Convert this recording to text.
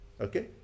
okay